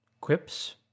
Quips